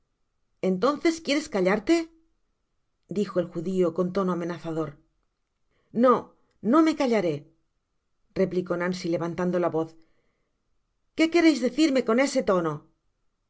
entonces quieres callarte dijo el judio con tono amenazador no no me callaré replicó nancy levantando la voz que querais decirme con ese tono